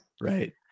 right